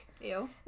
Ew